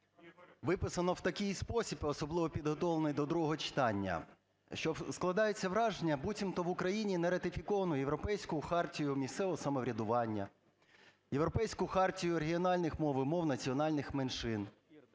виписано в такий спосіб, і особливо підготовлений до другого читання, що складається враження, буцімто в Україні не ратифіковано Європейську хартію місцевого самоврядування, Європейську хартію регіональних мов і мов національних меншин.